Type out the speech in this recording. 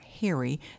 Harry